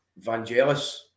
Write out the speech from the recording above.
Vangelis